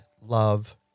love